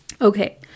Okay